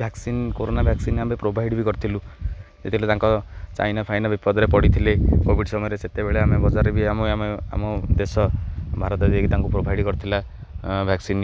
vaccine corona vaccine ଆମେ provide ବି କରିଥିଲୁ ଯେତେବେଳେ ତାଙ୍କ ଚାଇନା ଫାଇନା ବିପଦରେ ପଡ଼ିଥିଲେ କୋଭିଡ଼ ସମୟରେ ସେତେବେଳେ ଆମେ ବଜାର ବି ଆମ ଆମେ ଆମ ଦେଶ ଭାରତ ଯାଇକି ତାଙ୍କୁ ପ୍ରୋଭାଇଡ଼ କରିଥିଲା ଭ୍ୟାକ୍ସିନ୍